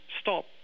stop